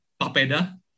papeda